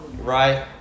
Right